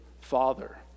father